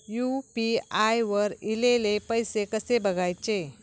UPI वर ईलेले पैसे कसे बघायचे?